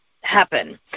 happen